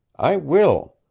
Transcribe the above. i will!